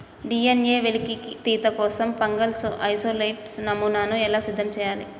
DNA వెలికితీత కోసం fungal isolate నమూనాను ఎలా సిద్ధం చెయ్యాలి?